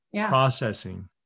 processing